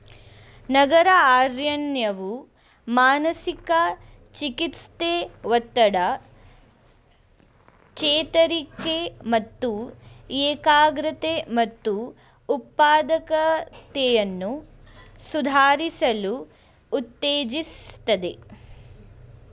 ನಗರ ಅರಣ್ಯವು ಮಾನಸಿಕ ಚಿಕಿತ್ಸೆ ಒತ್ತಡ ಚೇತರಿಕೆ ಮತ್ತು ಏಕಾಗ್ರತೆ ಮತ್ತು ಉತ್ಪಾದಕತೆಯನ್ನು ಸುಧಾರಿಸಲು ಉತ್ತೇಜಿಸ್ತದೆ